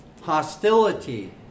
hostility